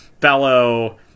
fellow